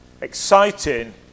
exciting